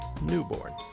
Newborn